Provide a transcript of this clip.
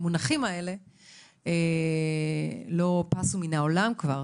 המונחים האלה לא פסו מן העולם כבר.